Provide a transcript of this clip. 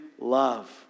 love